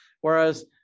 Whereas